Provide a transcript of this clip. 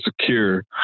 secure